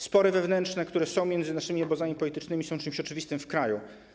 Spory wewnętrzne, które są między naszymi obozami politycznymi, są czymś oczywistym w kraju.